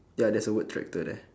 ya there's a word tractor there